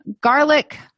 Garlic